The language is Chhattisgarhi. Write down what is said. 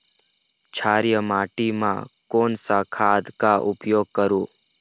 क्षारीय माटी मा कोन सा खाद का उपयोग करों?